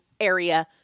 area